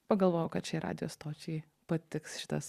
pagalvojau kad šiai radijo stočiai patiks šitas